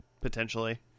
potentially